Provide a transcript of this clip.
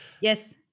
yes